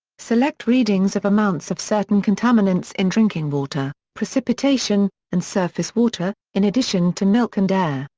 select readings of amounts of certain contaminants in drinking water, precipitation, and surface water, in addition to milk and air,